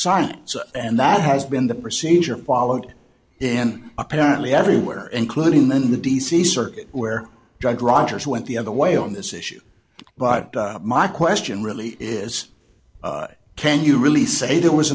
sign and that has been the procedure followed in apparently everywhere including than in the d c circuit where drug rogers went the other way on this issue but my question really is can you really say there was